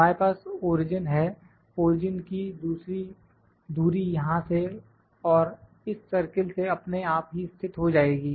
हमारे पास ओरिजिन है ओरिजिन की दूरी यहां से और इस सर्किल से अपने आप ही स्थित हो जाएगी